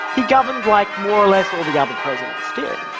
he governed like more or less all the other presidents did.